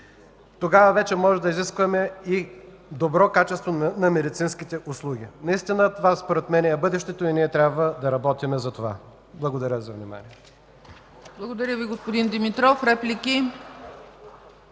Тогава вече можем да изискваме и добро качество на медицинските услуги. Наистина това според мен е бъдещето и ние трябва да работим за това. Благодаря за вниманието. (Ръкопляскания от ГЕРБ.)